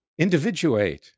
individuate